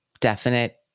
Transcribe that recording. definite